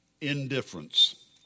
Indifference